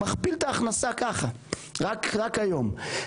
מכפיל את ההכנסה ככה רק היום.